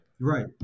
Right